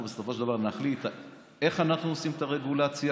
אנחנו בסופו של דבר נחליט איך אנחנו עושים את הרגולציה,